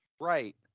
Right